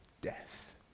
death